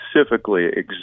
specifically